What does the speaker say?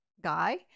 guy